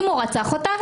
אם הוא רצח אותה,